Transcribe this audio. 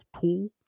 tool